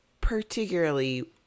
particularly